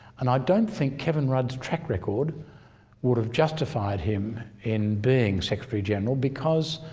and i don't think kevin rudd's track record would have justified him in being secretary general because,